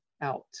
out